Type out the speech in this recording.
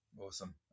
Awesome